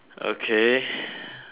okay